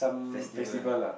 festival ah